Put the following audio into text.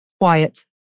quiet